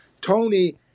Tony